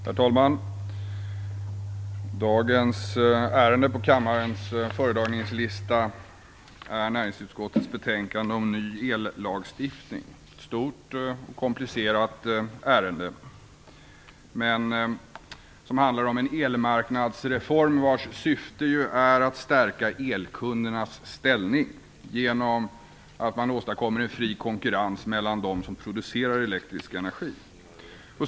Herr talman! Dagens ärende på kammarens föredragningslista är näringsutskottets betänkande om ny ellagstiftning. Det är ett stort och komplicerat ärende, som handlar om en elmarknadsreform vars syfte är att stärka elkundernas ställning genom att åstadkomma en fri konkurrens mellan dem som producerar elektrisk energi.